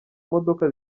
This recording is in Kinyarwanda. modoka